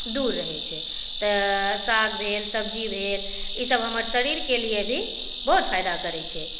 दूर रहै छै तऽ साग भेल सब्जी भेल ई सभ हमर शरीरके लिए भी बहुत फायदा करै छै